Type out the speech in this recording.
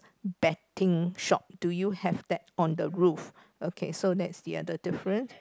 betting shop do you have that on the roof okay so that's the other difference